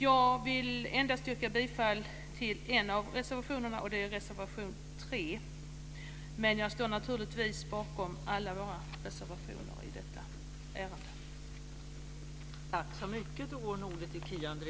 Jag yrkar bifall till endast en av reservationerna, det är reservation 3, men jag står naturligtvis bakom alla våra reservationer i detta ärende.